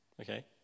okay